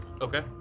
Okay